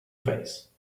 face